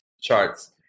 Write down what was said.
charts